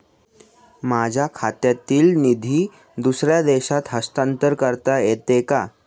माझ्या खात्यातील निधी दुसऱ्या देशात हस्तांतर करता येते का?